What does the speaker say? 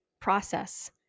process